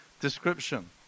description